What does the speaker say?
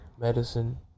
medicine